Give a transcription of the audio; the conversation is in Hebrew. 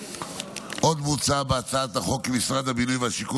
עוד מוצע בהצעת החוק כי משרד הבינוי והשיכון